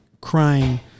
crying